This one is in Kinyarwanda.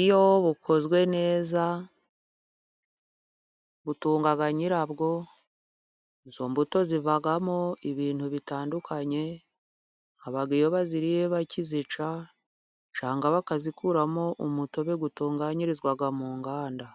iyo bukozwe neza butunga nyirabwo. Izo mbuto zivamo ibintu bitandukanye, haba iyo baziriye bakizica, cyangwa bakazikuramo umutobe utunganyirizwa mu nganda.